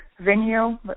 venue